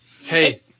Hey